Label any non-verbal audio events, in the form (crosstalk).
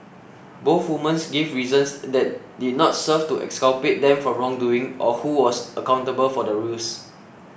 both woman (noise) gave reasons that did not serve to exculpate them from wrongdoing or who was accountable for the ruse